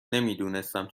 نمیدونستم